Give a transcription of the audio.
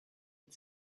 had